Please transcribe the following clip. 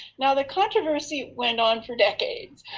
now the controversy went on for decades,